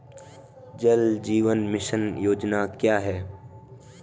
जल जीवन मिशन योजना क्या है?